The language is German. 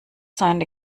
seine